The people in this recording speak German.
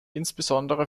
insbesondere